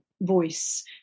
voice